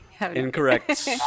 incorrect